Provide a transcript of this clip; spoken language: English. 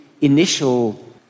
initial